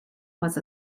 was